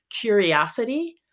curiosity